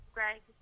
Greg